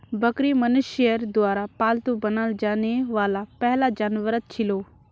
बकरी मनुष्यर द्वारा पालतू बनाल जाने वाला पहला जानवरतत छिलो